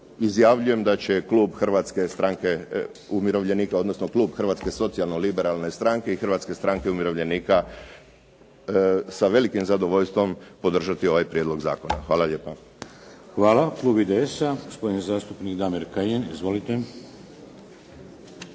umirovljenika, odnosno Klub Hrvatske socijalno liberalne stranke i Hrvatske stranke umirovljenika sa velikim zadovoljstvom podržati ovaj prijedlog zakona. Hvala lijepa. **Šeks, Vladimir (HDZ)** Hvala. Klub IDS-a gospodin zastupnik Damir Kajin. Izvolite.